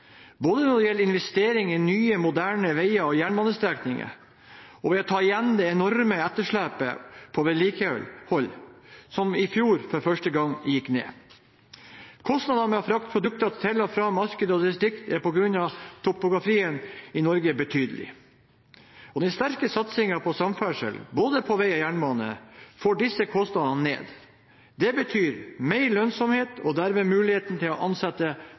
både når det gjelder investeringer i nye, moderne veier og jernbanestrekninger, og ved å ta igjen det enorme etterslepet på vedlikehold, som i fjor for første gang gikk ned. Kostnadene ved å frakte produkter til og fra marked og distrikt er på grunn av topografien i Norge betydelige. Den sterke satsingen på samferdsel, både på vei og på jernbane, får disse kostnadene ned. Det betyr mer lønnsomhet, og dermed muligheten til å ansette